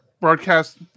broadcast